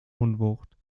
unwucht